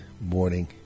morning